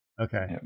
okay